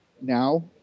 now